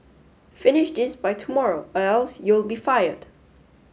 finish this by tomorrow or else you'll be fired